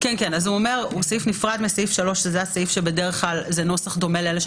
סעיף 3 מנוסח בנוסח דומה לסעיפי מניעת רעש